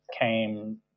came